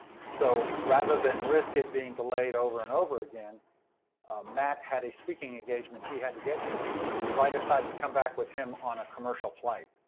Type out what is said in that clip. so rather than risk it being delayed over and over again matt had a speaking engagement he had to get to so i decided to come back with him on a commercial flight.